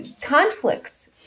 conflicts